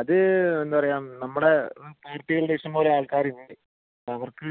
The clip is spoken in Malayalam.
അത് എന്താണ് പറയുക നമ്മുടെ മൂർത്തികളുടെ ഇഷ്ടം പോലെ ആൾക്കാരുണ്ട് അപ്പോൾ അവർക്ക്